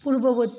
পূর্ববর্তী